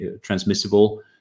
transmissible